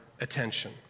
attention